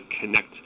connect